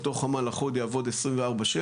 אותו חמ"ל אחוד יעבוד 24/7,